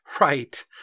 Right